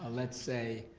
ah let's say